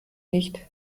nicht